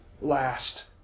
last